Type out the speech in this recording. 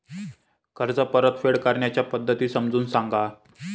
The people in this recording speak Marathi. कर्ज परतफेड करण्याच्या पद्धती समजून सांगा